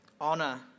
honor